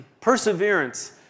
perseverance